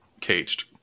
Caged